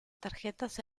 tarjetas